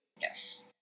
Yes